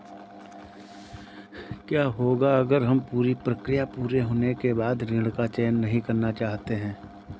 क्या होगा अगर हम पूरी प्रक्रिया पूरी होने के बाद ऋण का चयन नहीं करना चाहते हैं?